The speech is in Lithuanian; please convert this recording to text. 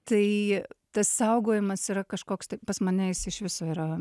tai tas saugojimas yra kažkoks taip pas mane jis iš viso yra